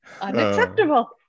Unacceptable